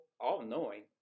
all-knowing